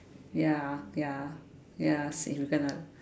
ya ya ya same kena